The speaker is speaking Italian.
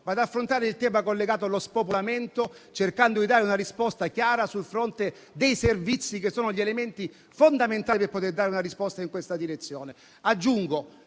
ma anche il tema collegato allo spopolamento, cercando di dare una risposta chiara sul fronte dei servizi, che sono gli elementi fondamentali per dare una risposta in questa direzione.